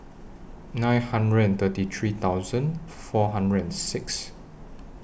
nine hundred thirty three thousand four hundred and six